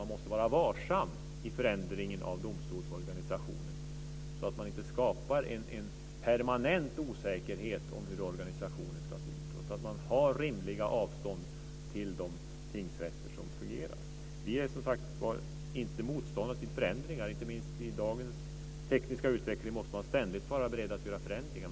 Man måste vara varsam i förändringen av domstolsorganisationen så att man inte skapar en permanent osäkerhet om hur organisationen ska se ut. Det ska vara rimliga avstånd till de tingsrätter som fungerar. Vi är som sagt inte motståndare till förändringar - inte minst i dagens tekniska utveckling måste man vara ständigt beredd att göra förändringar.